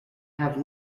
have